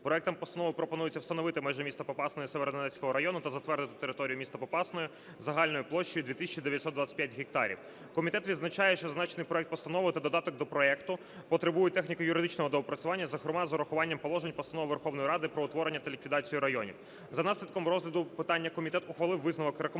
Проектом постанови пропонується встановити межі міста Попасної Сєвєродонецького району та затвердити територію міста Попасної загальною площею 2 тисячі 925 гектарів. Комітет відзначає, що зазначений проект постанови та додаток до проекту потребують техніко-юридичного доопрацювання, зокрема, з урахуванням положень Постанови Верховної Ради про утворення та ліквідацію районів. За наслідком розгляду питання, комітет ухвалив висновок рекомендувати